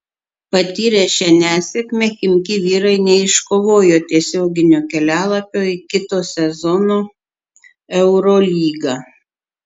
patyrę šią nesėkmę chimki vyrai neiškovojo tiesioginio kelialapio į kito sezono eurolygą